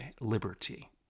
liberty